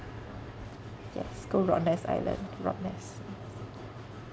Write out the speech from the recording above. yes go rottnest island rottnest okay okay